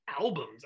albums